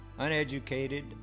uneducated